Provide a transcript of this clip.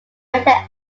rented